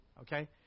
okay